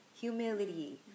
Humility